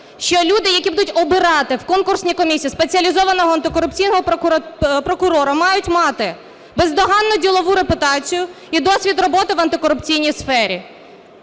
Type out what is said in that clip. що люди, які будуть обирати в конкурсні комісії спеціалізованого антикорупційного прокурора, мають мати бездоганну ділову репутацію і досвід роботи в антикорупційній сфері.